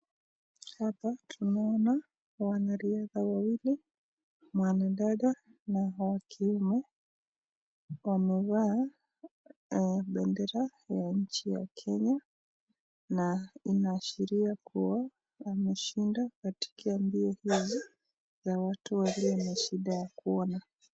Hapa tunaona wanariadha wawili , mwanadada na wakiume wamevaa bendera ya nchi ya Kenya na inaashiria kua wameshinda katika mbio hizi za watu walio na shida ya kuona.